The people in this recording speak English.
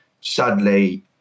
sadly